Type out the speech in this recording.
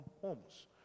homes